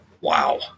wow